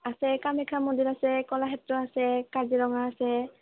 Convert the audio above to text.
আছে কামাখ্যা মন্দিৰ আছে কলাক্ষেত্ৰ আছে কাজিৰঙা আছে